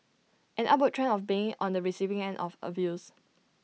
an upward trend of being on the receiving end of abuse